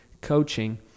coaching